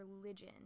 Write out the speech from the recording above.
religion